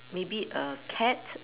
maybe a cat